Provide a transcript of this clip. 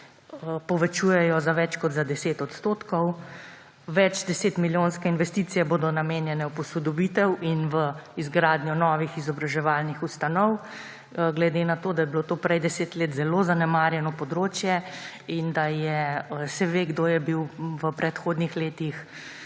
povečujejo za več kot 10 %. Večdesetmilijonske investicije bodo namenjene za posodobitev in za izgradnjo novih izobraževalnih ustanov. Glede na to, da je bilo to prej 10 let zelo zanemarjeno področje in da se ve, kdo je bil v predhodnih letih